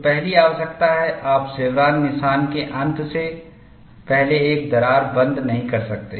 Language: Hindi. तो पहली आवश्यकता है आप शेवरॉन निशान के अंत से पहले एक दरार बंद नहीं कर सकते